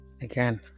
again